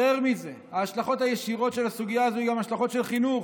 יותר מזה: ההשלכות הישירות של הסוגיה הזו הן גם השלכות של חינוך.